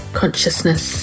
consciousness